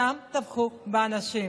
טבחו שם באנשים,